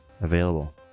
available